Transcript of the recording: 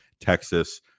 Texas